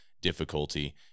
difficulty